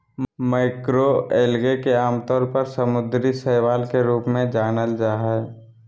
macroalgae के आमतौर पर समुद्री शैवाल के रूप में जानल जा हइ